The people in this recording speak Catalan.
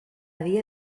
dia